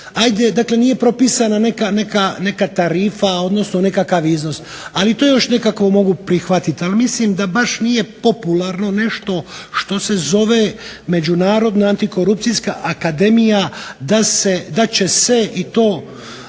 dakle nije propisana neka tarifa, odnosno nekakav iznos. Ali to još nekako mogu prihvatiti. Ali mislim da baš nije popularno nešto što se zove Međunarodna antikorupcijska akademija da će se i to,